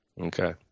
Okay